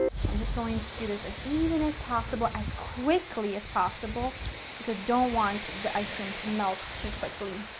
so, i'm just going to do this as even as possible, as quickly as possible because i don't want the ice cream to melt too quickly.